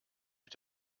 mit